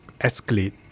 escalate